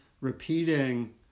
repeating